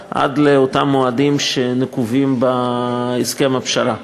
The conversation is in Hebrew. אותה עד לאותם מועדים שנקובים בהסכם הפשרה,